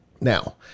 Now